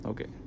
Okay